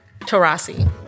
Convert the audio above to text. Tarasi